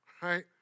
right